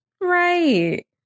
right